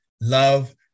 love